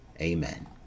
Amen